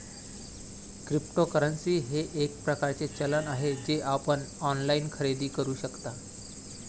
cryptocurrency हे एक प्रकारचे चलन आहे जे आपण ऑनलाइन खरेदी करू शकता